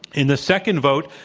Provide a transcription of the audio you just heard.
in the second vote,